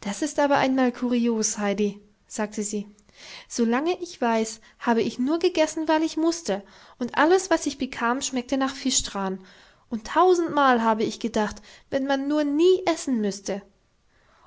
das ist aber einmal kurios heidi sagte sie solange ich weiß habe ich nur gegessen weil ich mußte und alles was ich bekam schmeckte nach fischtran und tausendmal habe ich gedacht wenn man nur nie essen müßte